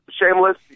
Shameless